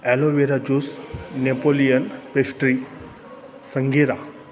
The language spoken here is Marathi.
aloe vera juice Napoleon pastry संगीरा